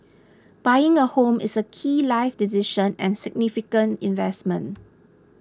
buying a home is a key life decision and significant investment